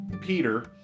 Peter